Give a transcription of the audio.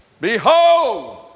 Behold